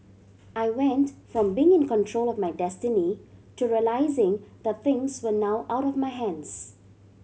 I went from being in control of my destiny to realising the things were now out of my hands